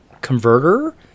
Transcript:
converter